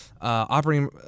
Operating